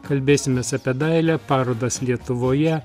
kalbėsimės apie dailę parodas lietuvoje